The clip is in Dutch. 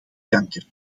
kanker